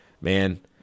man